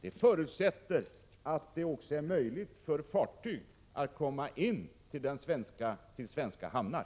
Jag förutsätter att det också är möjligt för fartyg att komma in till svenska hamnar.